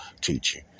teaching